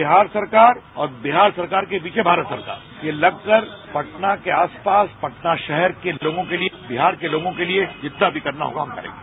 विहार सरकार और बिहार सरकार के पीछे भारत सरकार ये लगकर पटना के आस पास पटना शहर के लोंगों के लिए बिहार के लोगों के लिए जितना भी करना होगा हम करेंगे